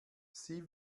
sie